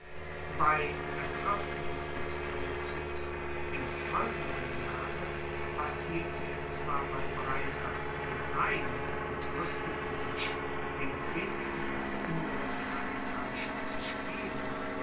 bei eröffnung des feldzugs im folgenden jahre passierte er zwar bei breisach den rhein und rüstete sich den krieg in das innre frankreich zu spielen